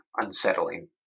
unsettling